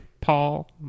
Paul